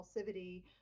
impulsivity